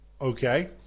Okay